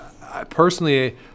personally